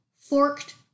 forked